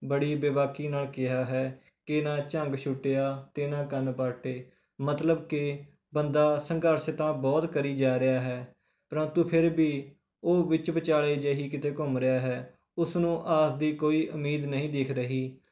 ਬੜੀ ਬੇਵਾਕੀ ਨਾਲ ਕਿਹਾ ਹੈ ਕਿ ਨਾ ਝੰਗ ਛੁਟਿਆ ਅਤੇ ਨਾ ਕੰਨ ਪਾਟੇ ਮਤਲਬ ਕਿ ਬੰਦਾ ਸੰਘਰਸ਼ ਤਾਂ ਬਹੁਤ ਕਰੀ ਜਾ ਰਿਹਾ ਹੈ ਪਰੰਤੂ ਫਿਰ ਵੀ ਉਹ ਵਿੱਚ ਵਿਚਾਲੇ ਜੇ ਹੀ ਕਿਤੇ ਘੁੰਮ ਰਿਹਾ ਹੈ ਉਸ ਨੂੰ ਆਸ ਦੀ ਕੋਈ ਉਮੀਦ ਨਹੀਂ ਦਿਖ ਰਹੀ